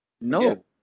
No